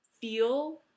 feel